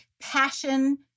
passion